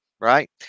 Right